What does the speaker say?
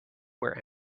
where